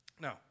Now